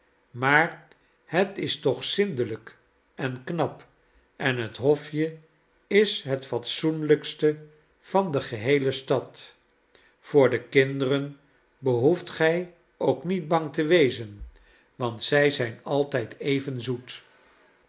maar het is toch zindelijk en knap en het hofje is het fatsoenlijkste van de geheele stad voor de kinderen behoeft gij ook niet bang te wezen want zij zijn altijd even zoet